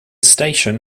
station